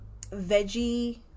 veggie